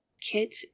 Kit